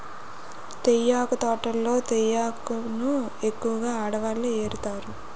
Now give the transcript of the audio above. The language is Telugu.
తేయాకు తోటల్లో తేయాకును ఎక్కువగా ఆడవాళ్ళే ఏరుతారు